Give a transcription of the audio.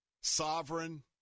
sovereign